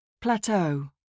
Plateau